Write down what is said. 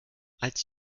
als